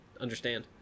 understand